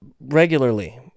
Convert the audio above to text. Regularly